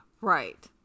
Right